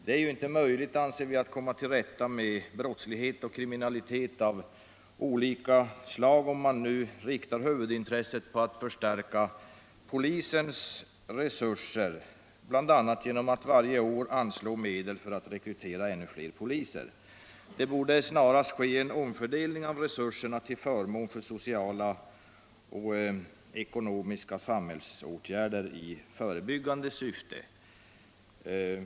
Det är inte möjligt, anser vi, att komma till rätta med brottslighet och kriminalitet av olika slag om man riktar huvudintresset på att förstärka polisens resurser, bl.a. genom att varje år anslå medel för att rekrytera ännu fler poliser. Det borde snarast ske en omfördelning av resurserna till förmån för sociala och ekonomiska samhällsåtgärder i förebyggande syfte.